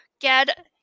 get